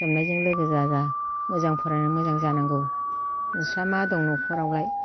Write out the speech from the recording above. सोबनायजों लोगो दाजा मोजां फरायना मोजां जानांगौ नोंस्रा मा दं न'खरावलाय